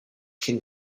can